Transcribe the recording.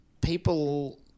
people